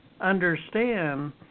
understand